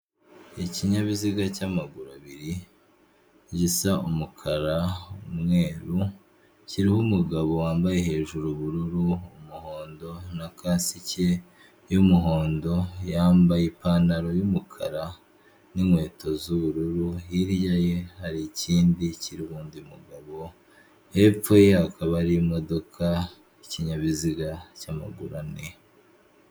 Ikinyabiziga cy'amaguru abiri, gisa umukara, umweru, kiraho umugabo wambaye hejuru ubururu, umuhondo na kasiki y'umuhondo, yambaye ipantaro y'umukara n'inkweto z'ubururu, hirya ye hari ikindi kiriho undi mugabo, hepfo ye hakaba hari imodoka y'ikinyabiziga cy'amaguru ane.